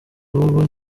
ahubwo